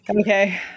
Okay